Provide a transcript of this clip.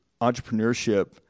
entrepreneurship